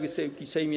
Wysoki Sejmie!